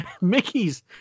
Mickey's